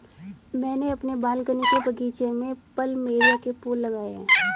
मैंने अपने बालकनी के बगीचे में प्लमेरिया के फूल लगाए हैं